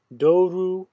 doru